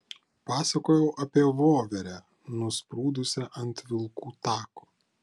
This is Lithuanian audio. pasakojau apie voverę nusprūdusią ant vilkų tako